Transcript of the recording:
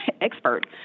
expert